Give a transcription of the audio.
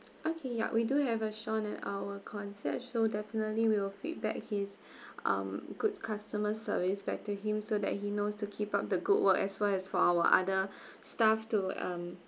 okay yup we do have a sean at our concierge so definitely will feedback his um good customer service back to him so that he knows to keep up the good work as well as for our other staff to um